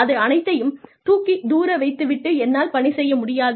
அது அனைத்தையும் தூக்கித் தூர வைத்து விட்டு என்னால் பணி செய்ய முடியாது